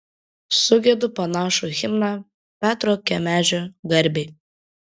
sugiedu panašų himną petro kemežio garbei